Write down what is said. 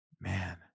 Man